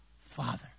Father